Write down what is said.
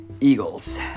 Eagles